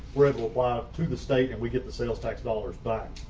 where it will apply to the state and we get the sales tax dollars back.